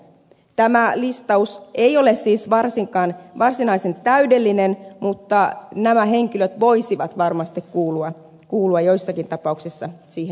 tämä listaus ei ole siis varsinaisen täydellinen mutta nämä henkilöt voisivat varmasti kuulua joissakin tapauksissa siihen ryhmään